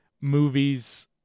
movies